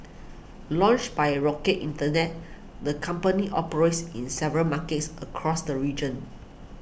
launched by a Rocket Internet the company operates in several markets across the region